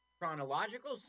chronological